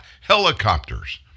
helicopters